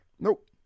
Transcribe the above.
Nope